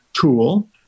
tool